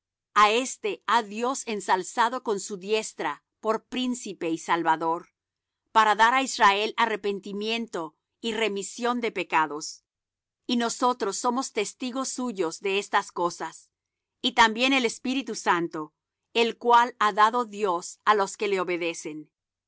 a éste ha dios ensalzado con su diestra por príncipe y salvador para dar á israel arrepentimiento y remisión de pecados y nosotros somos testigos suyos de estas cosas y también el espíritu santo el cual ha dado dios á los que le obedecen